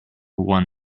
one